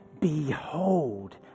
behold